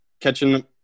catching